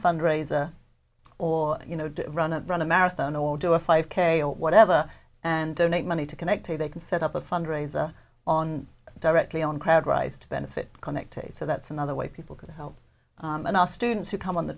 fundraiser or you know do run and run a marathon or do a five k or whatever and donate money to connect to they can set up a fundraiser on directly on crowd rise to benefit connected so that's another way people can help and our students who come on the